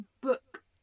book